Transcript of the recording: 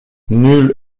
nul